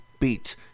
beat